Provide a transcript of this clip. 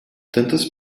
tantas